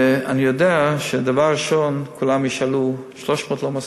אני יודע שדבר ראשון כולם ישאלו, 300 לא מספיק.